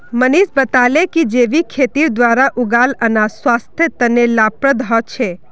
मनीष बताले कि जैविक खेतीर द्वारा उगाल अनाज स्वास्थ्य तने लाभप्रद ह छे